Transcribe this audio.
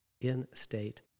in-state